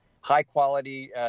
high-quality